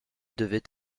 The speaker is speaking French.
devait